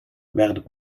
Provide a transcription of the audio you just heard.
werden